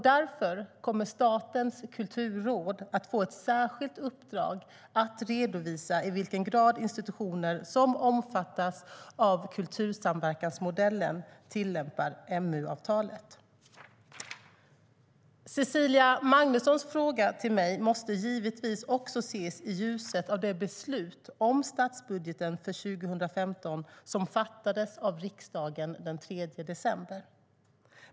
Därför kommer Statens kulturråd att få ett särskilt uppdrag att redovisa i vilken grad institutioner som omfattas av kultursamverkansmodellen tillämpar MU-avtalet.Cecilia Magnussons fråga till mig måste givetvis också ses i ljuset av det beslut om statsbudgeten för 2015 som fattades av riksdagen den 3 december.